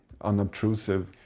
unobtrusive